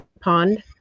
pond